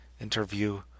interview